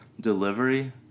delivery